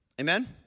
Amen